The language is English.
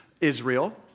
Israel